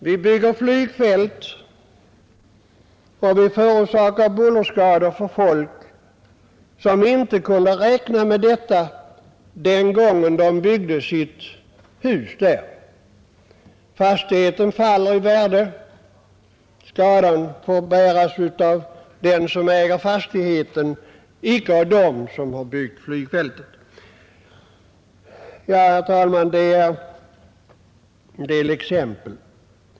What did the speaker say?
Vi bygger flygfält, och vi förorsakar buller för folk som inte kunde räkna med detta den gång de byggde sitt hus där. Fastigheten faller i värde, skadan får bäras av den som äger fastigheten, icke av dem som byggt flygfältet. Herr talman! Detta var några exempel.